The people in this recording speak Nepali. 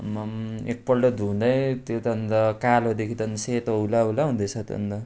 आम्माम एकपल्ट धुँदै त्यो त अन्त कालोदेखि त सेतो होला होला हुँदैछ अन्त